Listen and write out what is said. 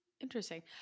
interesting